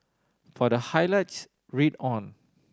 for the highlights read on